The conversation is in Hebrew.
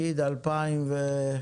בשנת